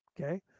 Okay